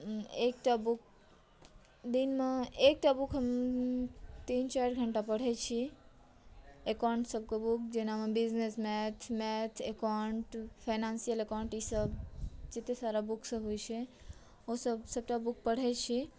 एकटा बुक जाहिमे एकटा बुक हम तीन चारि घण्टा पढ़ै छी एकाउन्ट सभकेँ बुक जेना business maths account financial account ई सभ जते सारा बुक सभ होइ छै ओ सभ सभटा बुक पढ़ै छी